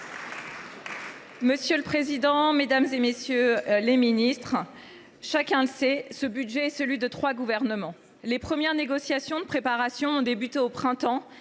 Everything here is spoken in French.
Monsieur le président, madame, messieurs les ministres, mes chers collègues, chacun le sait, ce budget est celui de trois gouvernements : les premières négociations de préparation ont débuté au printemps,